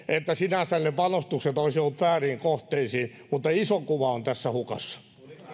että sinänsä ne panostukset olisivat olleet vääriin kohteisiin iso kuva on tässä hukassa